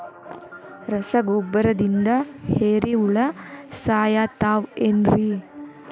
ರಸಗೊಬ್ಬರದಿಂದ ಏರಿಹುಳ ಸಾಯತಾವ್ ಏನ್ರಿ?